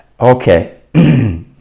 okay